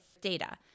data